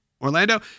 Orlando